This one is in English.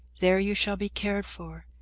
there you shall be cared for,